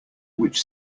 which